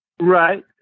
Right